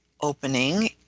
opening